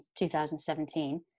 2017